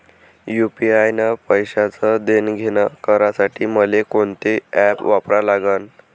UPI न पैशाचं देणंघेणं करासाठी मले कोनते ॲप वापरा लागन?